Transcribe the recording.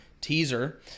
teaser